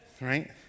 right